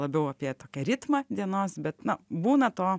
labiau apie tokį ritmą dienos bet na būna to